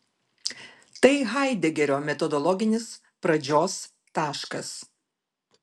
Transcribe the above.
tai haidegerio metodologinis pradžios taškas